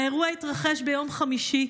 האירוע התרחש ביום חמישי,